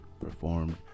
performed